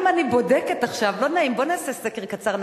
אם אני בודקת עכשיו, לא נעים, בואו נעשה סקר קצר.